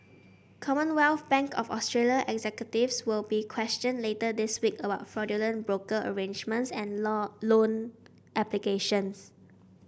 Commonwealth Bank of Australia executives will be questioned later this week about fraudulent broker arrangements and law loan applications